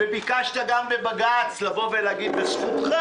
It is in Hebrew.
ביקשת גם בבג"צ לבוא ולהגיד, זו זכותך.